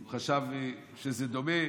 הוא חשב שזה דומה.